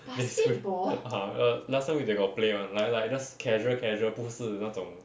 they sc~ last time they got play [one] like like just casual casual 不是那种